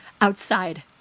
Outside